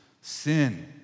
sin